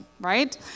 right